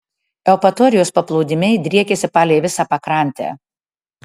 eupatorijos paplūdimiai driekiasi palei visą pakrantę